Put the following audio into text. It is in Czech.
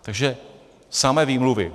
Takže samé výmluvy.